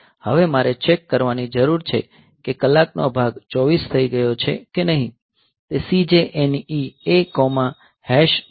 હવે મારે ચેક કરવાની જરૂર છે કે કલાકનો ભાગ 24 થઈ ગયો છે કે નહીં